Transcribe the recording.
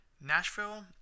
Nashville